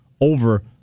over